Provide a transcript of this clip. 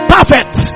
Perfect